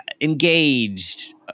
engaged